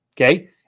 Okay